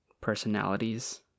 personalities